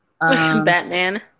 Batman